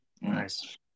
Nice